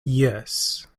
yes